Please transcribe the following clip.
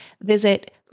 Visit